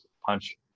punch